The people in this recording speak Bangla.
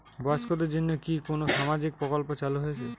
বয়স্কদের জন্য কি কোন সামাজিক প্রকল্প চালু রয়েছে?